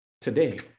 today